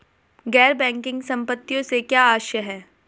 गैर बैंकिंग संपत्तियों से क्या आशय है?